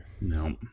No